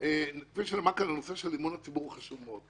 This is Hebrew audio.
כפי שנאמר כאן, הנושא של אמון הציבור חשוב מאוד.